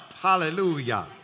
Hallelujah